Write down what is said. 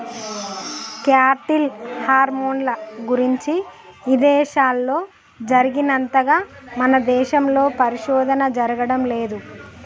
cattle హార్మోన్ల గురించి ఇదేశాల్లో జరిగినంతగా మన దేశంలో పరిశోధన జరగడం లేదు